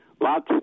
lots